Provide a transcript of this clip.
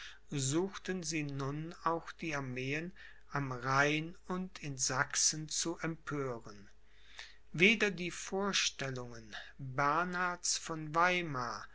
suchten sie nun auch die armeen am rhein und in sachsen zu empören weder die vorstellungen bernhards von weimar